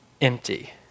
empty